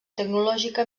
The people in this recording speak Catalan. tecnològica